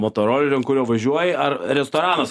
motoroleriu ant kurio važiuoji ar restoranas